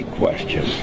question